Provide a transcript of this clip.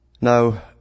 Now